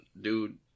dude